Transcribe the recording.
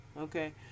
okay